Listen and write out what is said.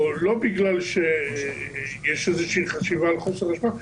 לא בגלל שיש איזושהי חשיבה על חוסר אשמה,